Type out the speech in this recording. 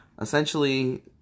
essentially